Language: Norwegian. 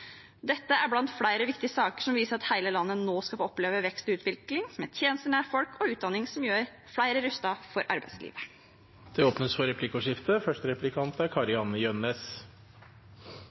Dette er blant flere viktige saker som viser at hele landet nå skal få oppleve vekst og utvikling, med tjenester nær folk og utdanning som gjør flere rustet for arbeidslivet. Det blir replikkordskifte.